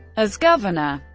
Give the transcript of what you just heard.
as governor,